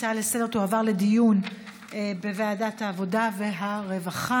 ההצעה לסדר-היום תועבר לדיון בוועדת העבודה והרווחה.